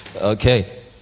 Okay